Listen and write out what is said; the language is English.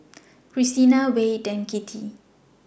Christina Wade and Kittie